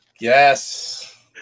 Yes